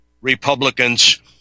Republicans